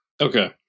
Okay